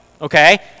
okay